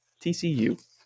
TCU